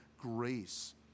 grace